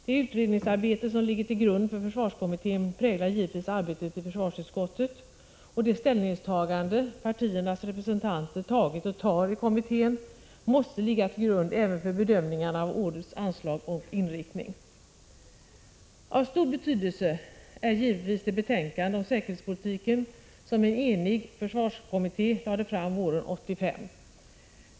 Det utredningsarbete som ligger till grund för försvarskommittén präglar givetvis arbetet i försvarsutskottet, och de ställningstaganden partiernas representanter gjort och gör i kommittén måste ligga till grund även för bedömningarna av årets anslag och inriktning. Avstor betydelse är givetvis det betänkande om säkerhetspolitiken som en enig försvarskommitté lade fram våren 1985.